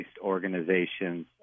organizations